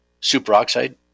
superoxide